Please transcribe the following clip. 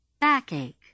Backache